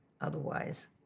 otherwise